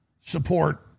support